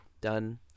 done